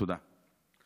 תודה.